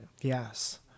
Yes